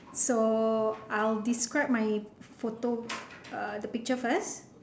so I'll describe my photo err the picture first